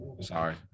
Sorry